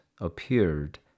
appeared